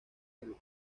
del